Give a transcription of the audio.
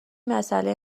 مساله